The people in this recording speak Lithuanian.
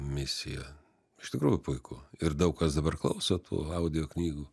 misiją iš tikrųjų puiku ir daug kas dabar klauso tų audio knygų